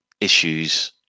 issues